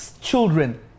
children